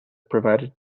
provided